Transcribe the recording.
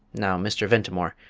now, mr. ventimore,